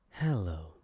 Hello